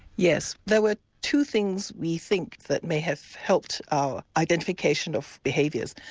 yes, there were two things we think that may have helped our identification of behaviours.